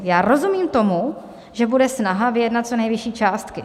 Já rozumím tomu, že bude snaha vyjednat co nejvyšší částky.